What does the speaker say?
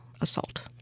assault